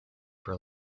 for